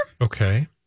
Okay